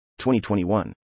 2021